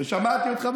ושמעתי אותך,